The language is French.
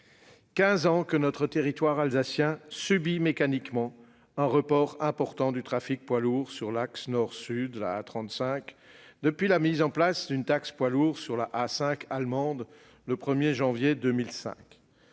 ans que notre territoire alsacien subit mécaniquement un report important du trafic poids lourds sur l'axe nord-sud, l'A35, depuis la mise en place d'une taxe poids lourds sur l'A5 allemande le 1 janvier 2005.